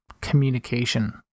communication